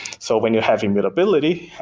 so when you have immutability,